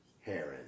Heron